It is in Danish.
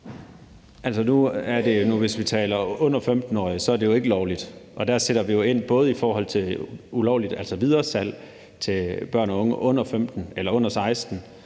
Hvis vi taler dem under 15 år, er det jo ikke lovligt, og der sætter vi jo ind over for ulovligt videresalg til børn og unge under 16 år, og